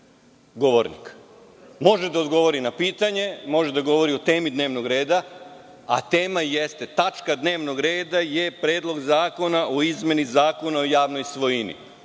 govornik. Može da odgovori na pitanje, može da govori o temi dnevnog reda, a tema jeste – Predlog zakona o izmeni Zakona o javnoj svojini.